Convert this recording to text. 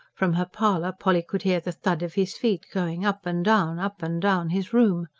from her parlour polly could hear the thud of his feet, going up and down, up and down his room.